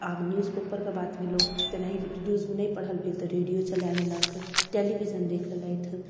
आब न्यूज पेपरके बात भेलौ तेनाहि रेडिओमे नहि पढ़ल भेल तऽ रेडिओ चला लेलक टेलीविजन देखि लेलथि